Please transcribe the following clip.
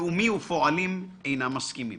לאומי ופועלים, אינם מסכימים.